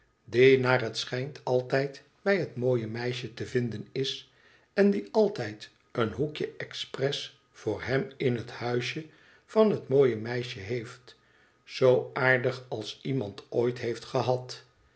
naar het schijnt altijd bij het mooie meisje te vinden is en die altijd een hoekje expres voor hem in het huisje van het mooie meisje heeft zoo aardig als iemand ooit heeft gehad